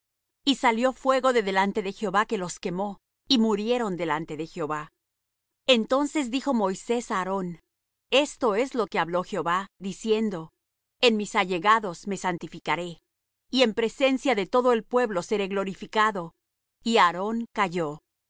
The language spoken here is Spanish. y salió fuego de delante de jehová que los quemó y murieron delante de jehová entonces dijo moisés á aarón esto es lo que habló jehová diciendo en mis allegados me santificaré y en presencia de todo el pueblo seré glorificado y aarón calló